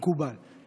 מקובל.